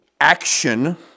action